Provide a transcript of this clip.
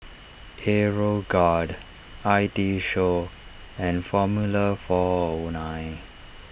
Aeroguard I T Show and formula four O nine